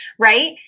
right